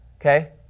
Okay